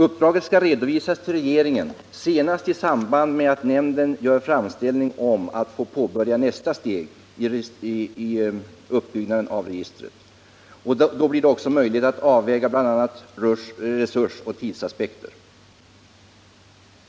Uppdraget skall redovisas till regeringen senast i samband med att nämnden gör framställning om att få påbörja nästa steg i uppbyggnaden av registret. Då blir det också möjligt att avväga bl.a. resursoch tidsaspekterna.